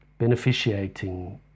beneficiating